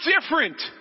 different